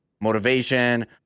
motivation